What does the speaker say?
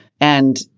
And-